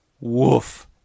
Woof